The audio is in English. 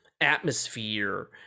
atmosphere